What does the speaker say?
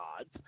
odds